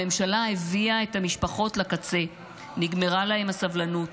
הממשלה הביאה את המשפחות לקצה, נגמרה להן הסבלנות.